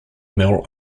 mill